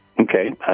Okay